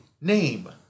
Name